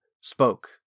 spoke